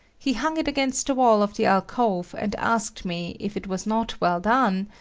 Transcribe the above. he hung it against the wall of the alcove and asked me if it was not well done,